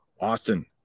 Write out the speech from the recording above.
Austin